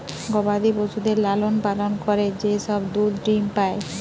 গবাদি পশুদের লালন পালন করে যে সব দুধ ডিম্ পাই